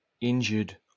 injured